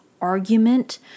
argument